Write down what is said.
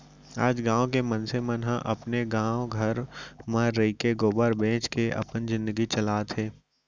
आज गॉँव के मनसे मन ह अपने गॉव घर म रइके गोबर बेंच के अपन जिनगी चलात हें